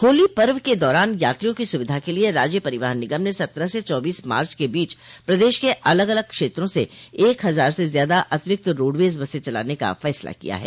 होली पर्व के दौरान यात्रियों की सुविधा के लिए राज्य परिवहन निगम ने सत्रह से चौबीस मार्च के बीच प्रदेश के अलग अलग क्षेत्रों से एक हजार से ज्यादा अतिरिक्त रोडवेज बसें चलाने का फसला किया है